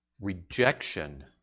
Rejection